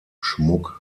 schmuck